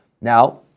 Now